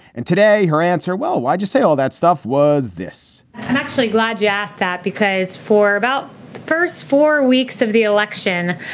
and today, her answer. well, why do you say all that stuff was this? i'm actually glad you asked that, because for about the first four weeks of the election,